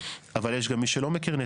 אבל יש גם מי שלא מכיר,